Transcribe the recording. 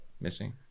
Missing